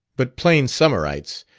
but plain summerites,